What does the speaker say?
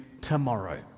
tomorrow